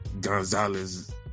Gonzalez